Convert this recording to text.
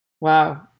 Wow